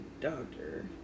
doctor